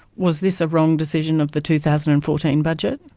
was this a wrong decision of the two thousand and fourteen budget?